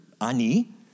Ani